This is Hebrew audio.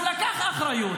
אז הוא לקח אחריות.